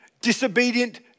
disobedient